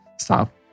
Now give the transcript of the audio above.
Stop